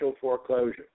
foreclosure